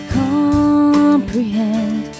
comprehend